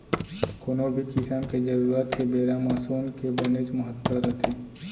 कोनो भी किसम के जरूरत के बेरा म सोन के बनेच महत्ता रथे